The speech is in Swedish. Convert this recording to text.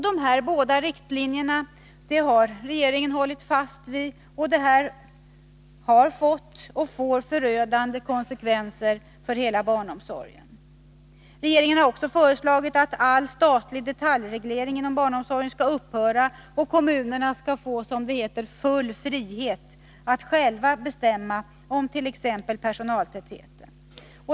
Dessa båda riktlinjer har regeringen hållit fast vid, och detta har fått och får förödande konsekvenser för hela barnomsorgen. Regeringen har också föreslagit att all statlig detaljreglering inom barnomsorgen skall upphöra och att kommunerna skall få, som det heter, full frihet att själva bestämma om t.ex. personaltäthet.